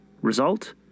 Result